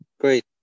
Great